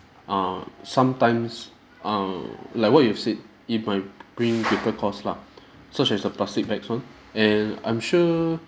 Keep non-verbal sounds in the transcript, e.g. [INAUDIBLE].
err sometimes err like what you have said it might bring people cost lah [BREATH] such as the plastic bags [one] and I'm sure